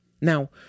Now